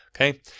okay